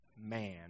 man